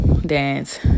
dance